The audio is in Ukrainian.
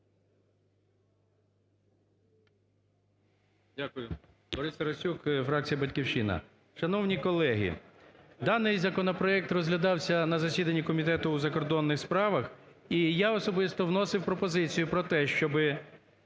Дякую. Борис Тарасюк, фракція "Батьківщина". Шановні колеги, даний законопроект розглядався на засіданні Комітету у закордонних справах, і я особисто вносив пропозицію про те, щоби